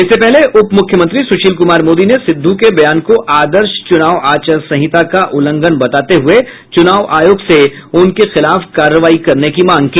इससे पहले उप मुख्यमंत्री सुशील कुमार मोदी ने सिद्धू के बयान को आदर्श चुनाव आचार संहिता का उल्लंघन बताते हुए चुनाव आयोग से उनके खिलाफ कार्रवाई करने की मांग की